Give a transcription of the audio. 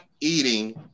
eating